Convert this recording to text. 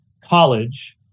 College